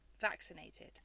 vaccinated